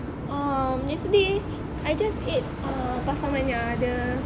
m yesterday I just ate ah Pastamania the